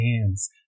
hands